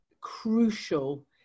crucial